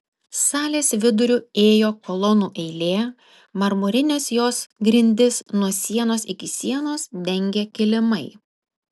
salės viduriu ėjo kolonų eilė marmurines jos grindis nuo sienos iki sienos dengė kilimai